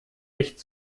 echt